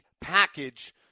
package